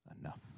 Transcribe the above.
enough